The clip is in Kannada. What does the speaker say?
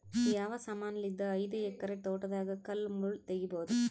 ಯಾವ ಸಮಾನಲಿದ್ದ ಐದು ಎಕರ ತೋಟದಾಗ ಕಲ್ ಮುಳ್ ತಗಿಬೊದ?